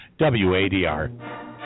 WADR